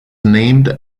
named